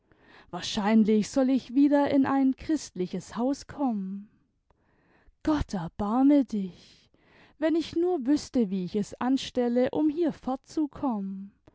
wahrscheinlich soll ich wieder in ein christliches haus kommen gott erbarme dich wenn ich nur wüßte wie ich es anstelle um hier